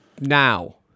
now